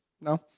No